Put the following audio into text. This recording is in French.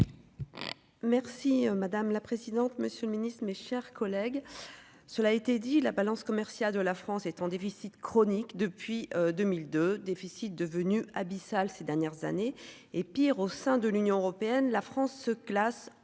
Merci madame la présidente. Monsieur le Ministre, mes chers collègues, cela a été dit la balance commerciale de la France est en déficit chronique depuis 2002. Devenu abyssal ces dernières années, et pire, au sein de l'Union européenne, la France se classe en